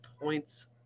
points